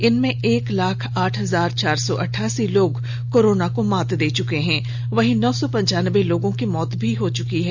इनमें एक लाख आठ हजार चार सौ अठासी लोग कोरोना को मात दे चुके हैं वहीं नौ सौ पंचान्बे लोगों की मौत हो चुकी है